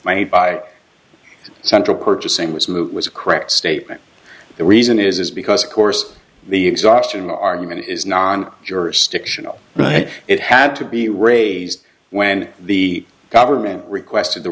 made by central purchasing was moot was a correct statement the reason is because of course the exhaustion argument is non jurisdictional but it had to be raised when the government requested the